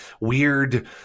weird